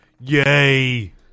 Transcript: Yay